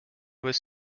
was